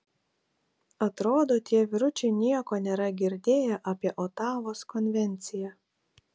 atrodo tie vyručiai nieko nėra girdėję apie otavos konvenciją